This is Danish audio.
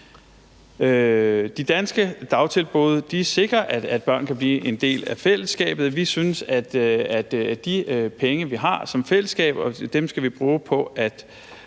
De danske dagtilbud sikrer, at børn kan blive en del af fællesskabet, og vi synes, at de penge, vi har som fællesskab, skal bruges på at